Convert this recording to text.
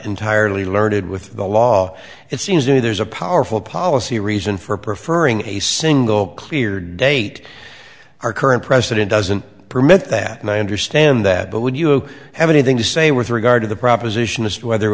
entirely learned with the law it seems to me there's a powerful policy reason for preferring a single clear date our current president doesn't permit that and i understand that but would you have anything to say with regard to the proposition as to whether